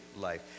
life